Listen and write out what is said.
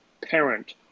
parent